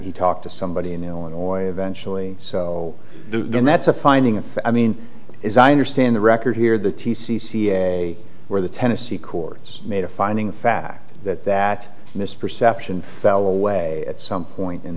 he talked to somebody in illinois eventually so then that's a finding of i mean is i understand the record here the t c c where the tennessee courts made a finding fact that that misperception fell away at some point in